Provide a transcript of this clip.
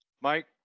Mike